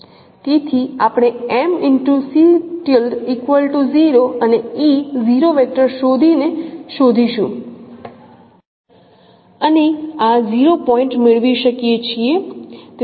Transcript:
તેથી આપણે અને e 0 વેક્ટર શોધીને શોધીશું અને આ 0 પોઇન્ટ મેળવી શકીએ છીએ